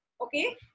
Okay